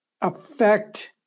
affect